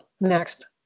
next